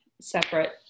separate